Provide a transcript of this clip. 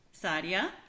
Sadia